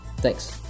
Thanks